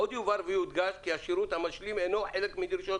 עוד יובהר ויודגש כי השירות המשלים אינו חלק מדרישות